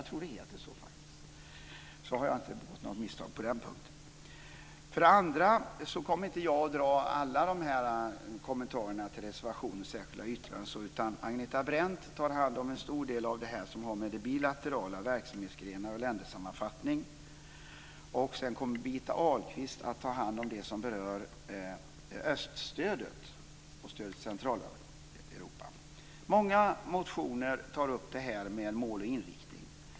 Jag tror faktiskt att det heter så. Då har jag inte begått något misstag på den punkten. Jag kommer inte att dra alla kommentarer till reservationer och särskilda yttranden. Agneta Brendt tar hand om en stor del av det som har med det bilaterala att göra - verksamhetsgrenar och ländersammanfattning. Sedan kommer Birgitta Ahlqvist att ta hand om det som berör öststödet och stödet till Centraleuropa. Många motioner tar upp mål och inriktning.